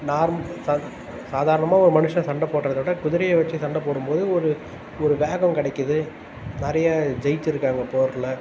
normal சா சாதாரணமாக ஒரு மனுஷன் சண்டை போட்றதை விட குதிரையை வச்சு சண்டை போடும்போது ஒரு ஒரு வேகம் கிடைக்குது நிறைய ஜெயிச்சுருக்காங்க போரில்